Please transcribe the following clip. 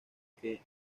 que